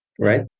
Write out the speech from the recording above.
right